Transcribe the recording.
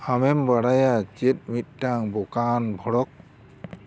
ᱟᱢᱮᱢ ᱵᱟᱲᱟᱭᱟ ᱪᱮᱫ ᱢᱤᱫᱴᱟᱝ ᱵᱚᱠᱟᱣᱟᱱ ᱵᱷᱚᱲᱚᱠ